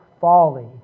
folly